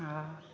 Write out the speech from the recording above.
आ